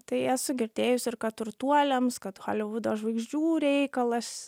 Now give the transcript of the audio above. tai esu girdėjusi ir kad turtuoliams kad holivudo žvaigždžių reikalas